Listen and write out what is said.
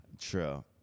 True